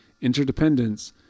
interdependence